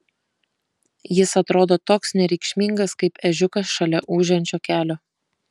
jis atrodo toks nereikšmingas kaip ežiukas šalia ūžiančio kelio